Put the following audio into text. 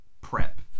prep